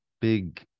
big